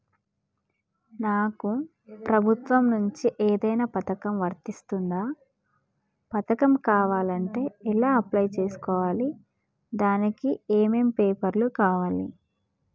నాకు ప్రభుత్వం నుంచి ఏదైనా పథకం వర్తిస్తుందా? పథకం కావాలంటే ఎలా అప్లై చేసుకోవాలి? దానికి ఏమేం పేపర్లు కావాలి?